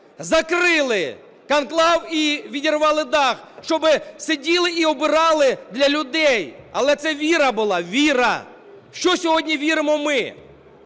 закрили конклав і відірвали дах, щоб сиділи і обирали для людей, але це віра була, віра. В що сьогодні віримо ми,